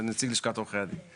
נציג לשכת עורכי הדין.